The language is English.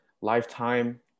lifetime